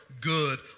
good